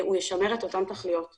מבחינתנו הוא ישמר את אותן תכליות.